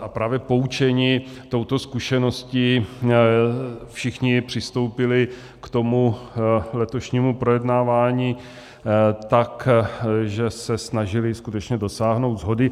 A právě poučeni touto zkušeností všichni přistoupili k letošnímu projednávání tak, že se snažili skutečně dosáhnout shody.